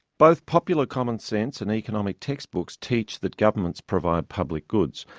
both popular commonsense and economic textbooks teach that governments provide public goods.